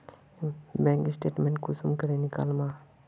Bank statement कुंसम करे निकलाम?